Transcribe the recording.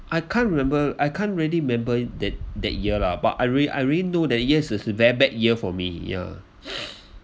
I can't remember I can't really remember that that year lah but I rea~ I really know that years is very bad year for me ya